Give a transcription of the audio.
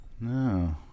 No